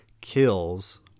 kills